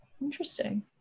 interesting